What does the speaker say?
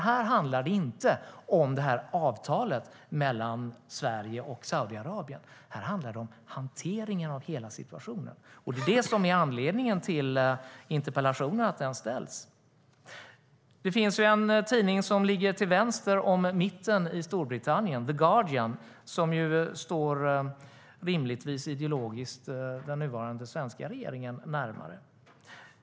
Här handlar det ju inte om avtalet mellan Sverige och Saudiarabien, utan här handlar det om hanteringen av hela situationen. Det är det som är anledningen till att interpellationen ställs. Det finns en tidning som ligger till vänster om mitten i Storbritannien - The Guardian - som rimligtvis står den nuvarande svenska regeringen ideologiskt närmare.